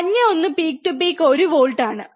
മഞ്ഞ ഒന്ന് peak to peak 1 volt ആണ്